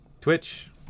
Twitch